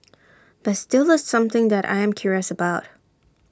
but still the something that I am curious about